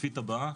שקופית הבאה.